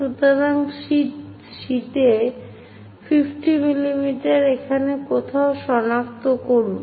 সুতরাং শীটে 50 mm এখানে কোথাও সনাক্ত করুন